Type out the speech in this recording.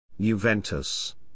Juventus